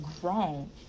grown